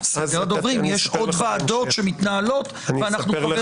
יש עוד ועדות שמתנהלות ואנו חברים